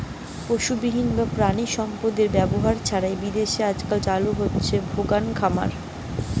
পশুবিহীন বা প্রাণিসম্পদএর ব্যবহার ছাড়াই বিদেশে আজকাল চালু হইচে ভেগান খামার